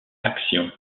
action